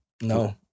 No